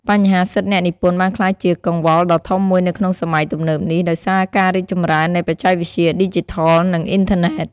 បញ្ហាសិទ្ធិអ្នកនិពន្ធបានក្លាយជាកង្វល់ដ៏ធំមួយនៅក្នុងសម័យទំនើបនេះ ដោយសារការរីកចម្រើននៃបច្ចេកវិទ្យាឌីជីថល និងអ៊ីនធឺណេត។